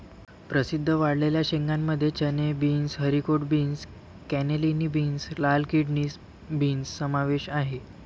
प्रसिद्ध वाळलेल्या शेंगांमध्ये चणे, beans, haricot beans, cannellini beans, लाल किडनी बीन्स समावेश आहे